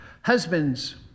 Husbands